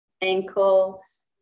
ankles